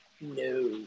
No